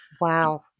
Wow